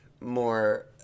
more